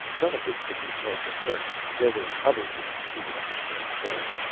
none of this could be told to kerk. there were other reasons he would understand better.